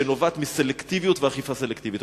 שנובעת מסלקטיביות ואכיפה סלקטיבית.